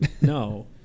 no